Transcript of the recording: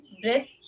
breath